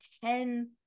ten